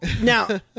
Now